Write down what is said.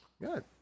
Good